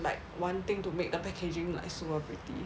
like wanting to make the packaging look like celebrity